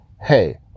hey